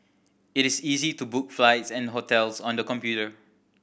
it is easy to book flights and hotels on the computer